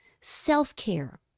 self-care